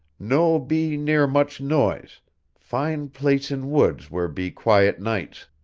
no be near much noise fine place in woods where be quiet nights.